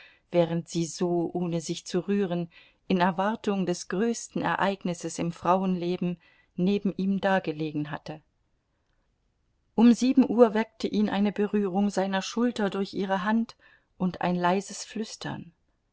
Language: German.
während sie so ohne sich zu rühren in erwartung des größten ereignisses im frauenleben neben ihm dagelegen hatte um sieben uhr weckte ihn eine berührung seiner schulter durch ihre hand und ein leises flüstern